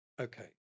okay